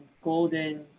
Golden